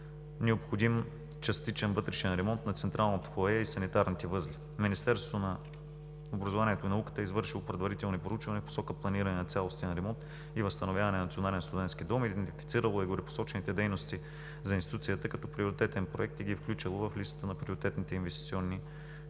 необходим частичен вътрешен ремонт на централното фоайе и санитарните възли. Министерството на образованието и науката е извършило предварителни проучвания в посока планиране на цялостен ремонт и възстановяване на Националния студентски дом, идентифицирало е горепосочените дейности за институцията като приоритетен проект и ги е включило в листата на приоритетните инвестиционни проекти, предвидени